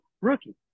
rookie